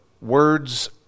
words